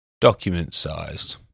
document-sized